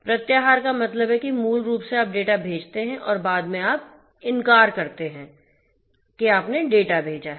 प्रत्याहार का मतलब है कि मूल रूप से आप डेटा भेजते हैं और बाद में आप इनकार करते हैं कि आपने डेटा भेजा है